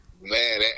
Man